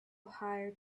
hire